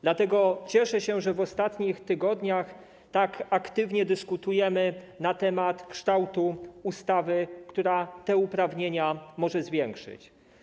Dlatego cieszę się, że w ostatnich tygodniach tak aktywnie dyskutujemy na temat kształtu ustawy, która te uprawnienia może zwiększyć.